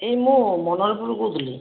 ଏଇ ମୁଁ ମନୋହରପୁରରୁ କହୁଥିଲି